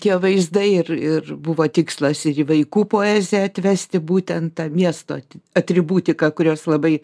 tie vaizdai ir ir buvo tikslas ir į vaikų poeziją atvesti būtent tą miesto atributika kurios labai